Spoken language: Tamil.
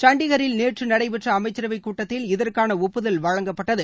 சண்டிகரில் நேற்று நடைபெற்ற அமைச்சரவை கூட்டத்தில் இதற்கான ஒப்புதல் வழங்கப்பட்டது